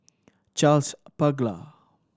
Charles Paglar